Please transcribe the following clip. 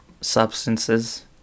substances